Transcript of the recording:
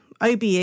OBE